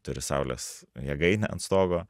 turi saulės jėgainę ant stogo